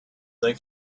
they